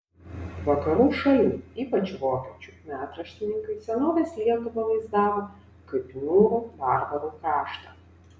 vakarų šalių ypač vokiečių metraštininkai senovės lietuvą vaizdavo kaip niūrų barbarų kraštą